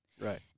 Right